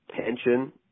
pension